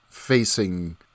Facing